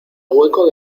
hueco